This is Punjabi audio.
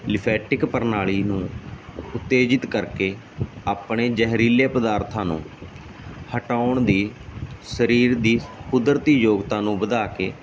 ਲਿਫੈਕਟਿਕ ਪ੍ਰਣਾਲੀ ਨੂੰ ਉਤੇਜਿਤ ਕਰਕੇ ਆਪਣੇ ਜਹਿਰੀਲੇ ਪਦਾਰਥਾਂ ਨੂੰ ਹਟਾਉਣ ਦੀ ਸਰੀਰ ਦੀ ਕੁਦਰਤੀ ਯੋਗਤਾ ਨੂੰ ਵਧਾ ਕੇ